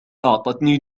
أعطتني